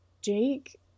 Jake